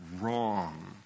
wrong